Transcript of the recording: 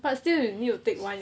but still you need take one